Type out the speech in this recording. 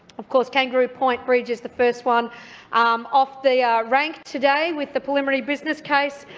of course, kangaroo point bridge is the first one um off the ah rank today with the preliminary business case.